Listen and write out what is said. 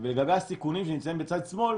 לגבי הסיכונים שנמצאים בצד שמאל